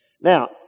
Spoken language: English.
Now